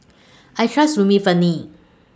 I Trust Remifemin